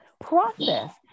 process